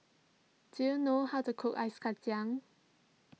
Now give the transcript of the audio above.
do you know how to cook Ice Kacang